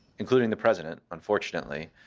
including the president, unfortunately,